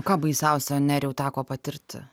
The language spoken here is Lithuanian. ką baisiausio nerijau teko patirti